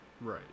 Right